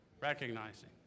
recognizing